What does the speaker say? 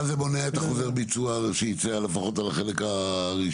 מה זה מונע את החוזר ביצוע שייצא לפחות על החלק הראשון?